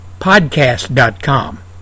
podcast.com